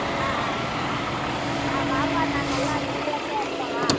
ஆ ஆ ஆ ஆ வாப்பா நாங்கெல்லாம் ரெடியாகத் தான் இருக்கோம் வா